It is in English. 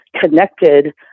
connected